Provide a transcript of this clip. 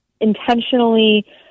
intentionally